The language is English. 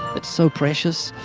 it's so precious.